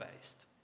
based